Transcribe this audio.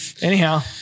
anyhow